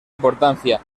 importancia